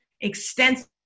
extensive